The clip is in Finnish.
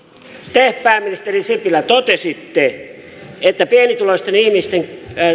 te pääministeri sipilä totesitte että pienituloisten ihmisten